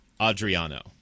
Adriano